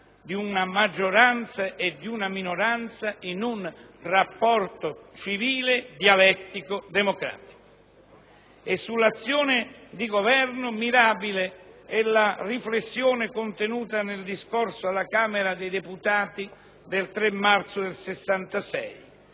di una maggioranza e di una minoranza in un rapporto civile, dialettico, democratico. E sull'azione di governo mirabile è la riflessione contenuta nel discorso alla Camera dei deputati del 3 marzo 1966: